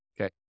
Okay